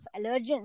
allergens